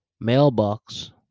Mailbox